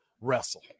Wrestle